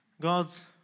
God's